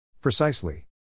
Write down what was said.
Precisely